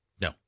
No